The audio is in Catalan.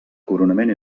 coronament